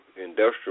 industrial